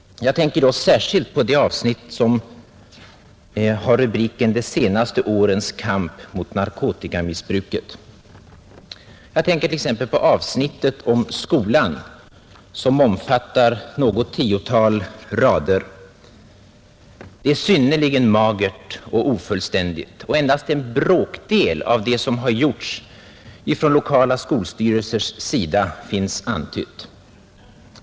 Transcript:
Jag tänker särskilt på det avsnitt som har rubriken De senaste årens kamp mot narkotikamissbruket. Avsnittet om skolan omfattar något tiotal rader och är synnerligen magert och ofullständigt, och endast en bråkdel av det som har gjorts från lokala skolstyrelsers sida finns antytt.